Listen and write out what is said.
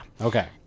Okay